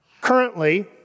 Currently